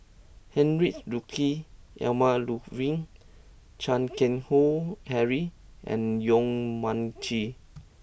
Heinrich Ludwig Emil Luering Chan Keng Howe Harry and Yong Mun Chee